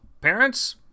Parents